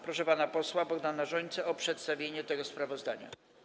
Proszę pana posła Bogdana Rzońcę o przedstawienie tego sprawozdania.